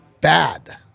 bad